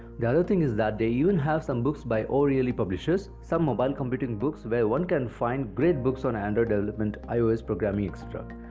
the other things is that they even and have some books by oreilly publishers, some mobile computing books where one can find great books on android development, ios programming, etc.